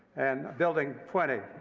and building twenty,